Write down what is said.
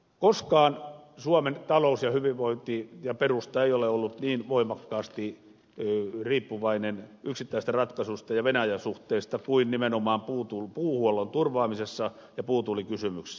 koskaan suomen talous ja hyvinvointiperusta ei ole ollut niin voimakkaasti riippuvainen yksittäisistä ratkaisuista ja venäjä suhteista kuin nimenomaan puuhuollon turvaamisessa ja puutullikysymyksessä